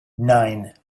nine